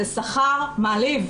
זה שכר מעליב.